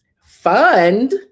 fund